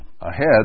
ahead